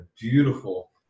beautiful